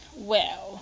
well